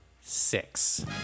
Six